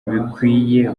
bikwiye